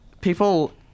people